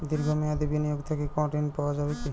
দীর্ঘ মেয়াদি বিনিয়োগ থেকে কোনো ঋন পাওয়া যাবে কী?